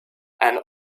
and